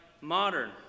modern